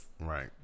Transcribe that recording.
Right